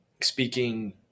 speaking